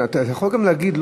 אתה יכול גם להגיד,